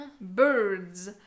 Birds